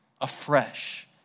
afresh